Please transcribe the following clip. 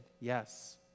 yes